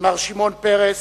מר שמעון פרס,